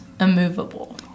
immovable